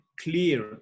clear